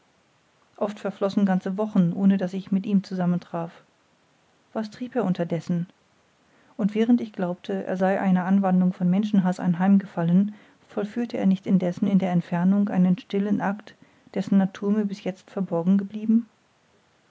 ost verflossen ganze wochen ohne daß ich mit ihm zusammen traf was trieb er unterdessen und während ich glaubte er sei einer anwandlung von menschenhaß anheim gefallen vollführte er nicht indessen in der entfernung einen stillen act dessen natur mir bis jetzt verborgen geblieben